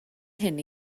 hyn